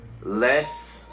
Less